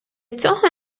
цього